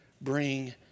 bring